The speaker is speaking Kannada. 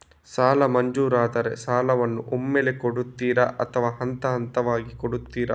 ಸಾಲ ಮಂಜೂರಾದರೆ ಸಾಲವನ್ನು ಒಮ್ಮೆಲೇ ಕೊಡುತ್ತೀರಾ ಅಥವಾ ಹಂತಹಂತವಾಗಿ ಕೊಡುತ್ತೀರಾ?